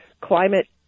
climate